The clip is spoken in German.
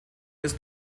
ist